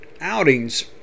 outings